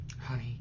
Honey